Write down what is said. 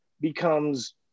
becomes